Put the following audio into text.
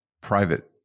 private